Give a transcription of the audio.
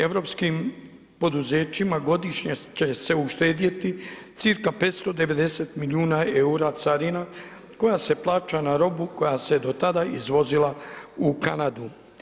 Europskim poduzećima godišnje će se uštedjeti cirka 590 milijuna eura carina koja se plaća na robu koja se do tada izvozila u Kanadu.